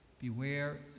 Beware